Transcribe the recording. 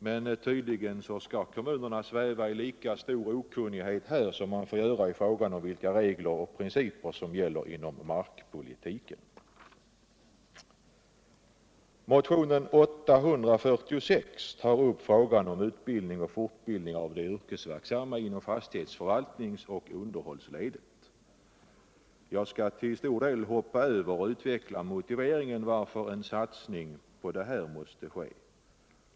Men tydligen skall kommunerna sväva i lika stor okunnighet här som de får göra i fråga om vilka regler och principer som gäller inom markpolitiken. Motion 846 tar upp frågan om utbildning och fortbildning av de yrkesverksamma inom fastighetsförvaltnings och underhållsledet. Jag kan till stor 75 del hoppa över att utveckla varför en satsning måste ske här.